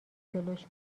جلوش